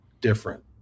different